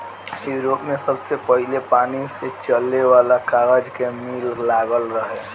Europe में सबसे पहिले पानी से चले वाला कागज के मिल लागल रहे